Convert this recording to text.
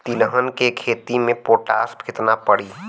तिलहन के खेती मे पोटास कितना पड़ी?